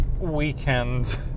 weekend